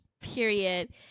Period